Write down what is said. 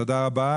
תודה רבה.